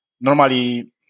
normally